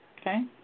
Okay